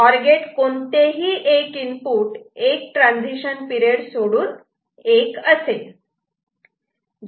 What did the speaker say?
or gate कोणतेही ही एक इनपुट 1 ट्रान्झिशन पिरेड सोडून 1 असेल